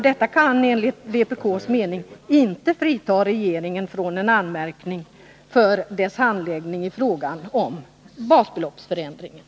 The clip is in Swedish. Detta kan inte enligt vpk:s mening frita regeringen från en anmärkning för dess handläggning i frågan om basbeloppsförändringen.